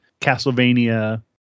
Castlevania